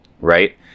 right